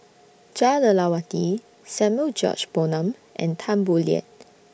Jah Lelawati Samuel George Bonham and Tan Boo Liat